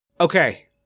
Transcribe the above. Okay